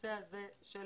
הנושא הזה של